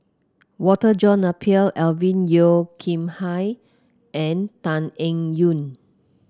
Walter John Napier Alvin Yeo Khirn Hai and Tan Eng Yoon